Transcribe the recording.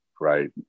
right